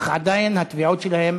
אך עדיין התביעות שלהם